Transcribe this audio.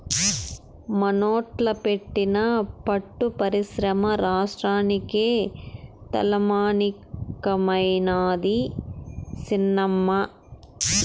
మనోట్ల పెట్టిన పట్టు పరిశ్రమ రాష్ట్రానికే తలమానికమైనాది సినమ్మా